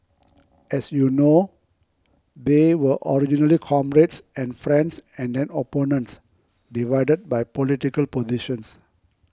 as you know they were originally comrades and friends and then opponents divided by political positions